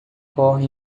corre